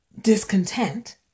discontent